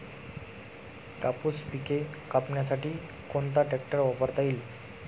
कापूस पिके कापण्यासाठी कोणता ट्रॅक्टर वापरता येईल?